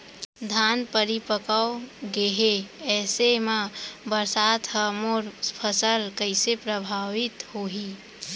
धान परिपक्व गेहे ऐसे म बरसात ह मोर फसल कइसे प्रभावित होही?